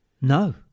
no